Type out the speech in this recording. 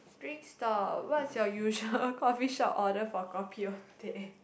drink stall what's your usual coffee shop order for coffee or teh